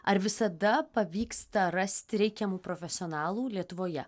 ar visada pavyksta rasti reikiamų profesionalų lietuvoje